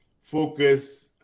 focus